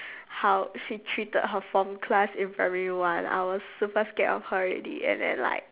how she treated her form class in primary one I was super scared of her already and then like